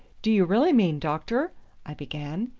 do you really mean, doctor i began.